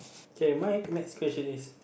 okay my next question is